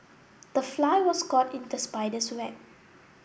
the fly was caught in the spider's web